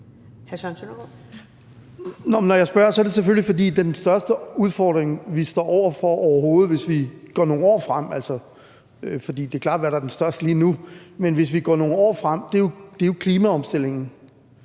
Når jeg spørger, er det selvfølgelig, fordi den største udfordring, vi står over for overhovedet, hvis vi går nogle år frem – for det er klart, hvad der er den største lige nu – jo er klimaomstillingen,